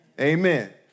Amen